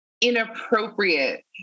inappropriate